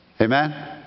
Amen